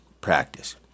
practice